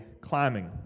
climbing